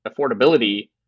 affordability